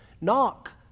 Knock